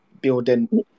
building